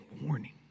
warning